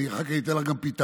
אחר כך אני אתן לך גם פתרון,